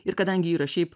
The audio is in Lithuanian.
ir kadangi yra šiaip